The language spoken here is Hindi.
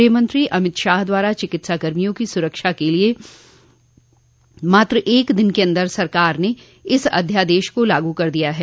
गृहमंत्री अमितशाह द्वारा चिकित्सा कर्मियों की सुरक्षा के लिये मात्र एक दिन के अंदर सरकार ने इस अध्यादेश को लागू कर दिया है